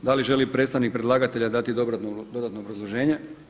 Da li želi predstavnik predlagatelja dati dodatno obrazloženje?